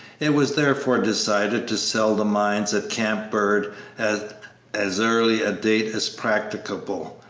it was therefore decided to sell the mines at camp bird at as early a date as practicable,